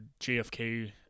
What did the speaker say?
JFK